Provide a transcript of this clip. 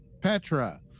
Petra